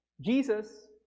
Jesus